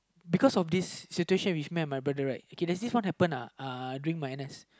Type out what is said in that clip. because of this situation with my brother lah okay this is what happened [lah]uhdring my N_S